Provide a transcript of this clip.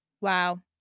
Wow